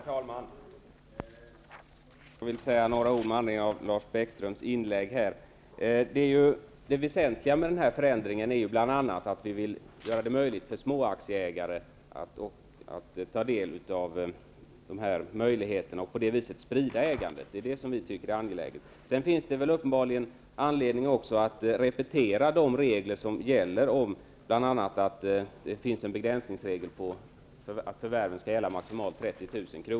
Herr talman! Jag vill säga några ord med anledning av Lars Bäckströms inlägg. Det väsentliga med förändringen är bl.a. att vi vill att småaktieägare skall få del av de här möjligheterna och att ägandet på det viset skall spridas. Det är det som vi tycker är angeläget. Uppenbarligen finns det också anledning att repetera att det finns en begränsningsregel som säger att förvärv skall gälla maximalt 30 000 kr.